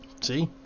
See